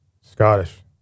Scottish